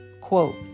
Quote